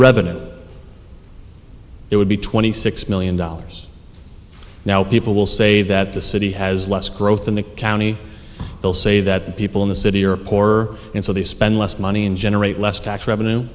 revenue that it would be twenty six million dollars now people will say that the city has less growth in the county they'll say that the people in the city are poorer and so they spend less money and generate less tax revenue